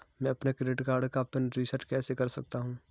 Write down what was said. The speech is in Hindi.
मैं अपने क्रेडिट कार्ड का पिन रिसेट कैसे कर सकता हूँ?